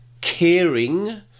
caring